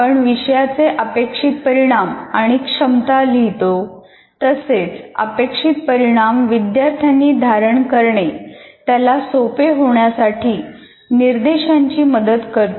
आपण विषयाचे अपेक्षित परिणाम आणि क्षमता लिहितो तसेच अपेक्षित परिणाम विद्यार्थ्यांनी धारण करणे त्याला सोपे होण्यासाठी निर्देशांची मदत करतो